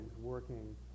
working